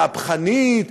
מהפכנית,